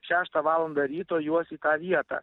šeštą valandą ryto juos į tą vietą